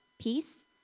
peace